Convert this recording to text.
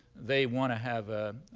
they want to have